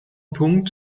punkt